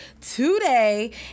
today